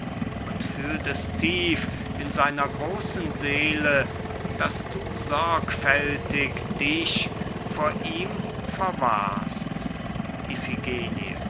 und fühlt es tief in seiner großen seele daß du sorgfältig dich vor ihm verwahrst